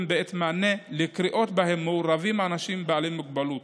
בעת מענה על קריאות שבהן מעורבים אנשים בעלי מוגבלות.